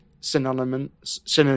synonyms